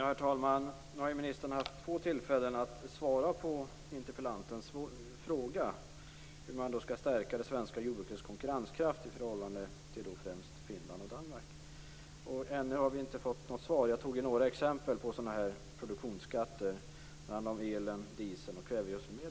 Herr talman! Nu har ministern haft två tillfällen att svara på interpellantens fråga om hur man skall stärka det svenska jordbrukets konkurrenskraft i förhållande till främst Finlands och Danmarks jordbruk. Vi har ännu inte fått svar. Jag nämnde några exempel på produktionsskatter. Det handlar då om el, diesel och kvävegödselmedel.